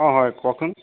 অঁ হয় কওকচোন